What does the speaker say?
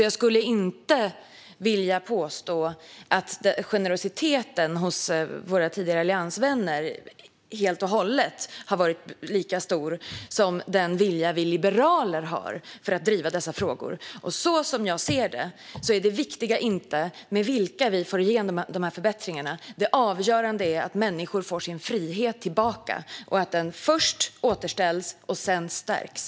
Jag skulle inte vilja påstå att generositeten hos våra tidigare alliansvänner helt och hållet har varit lika stor som den vilja vi liberaler har att driva dessa frågor. Som jag ser det är det viktiga inte med vilka vi får igenom förbättringarna. Det avgörande är att människor får sin frihet tillbaka och att den först återställs och sedan stärks.